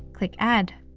click add.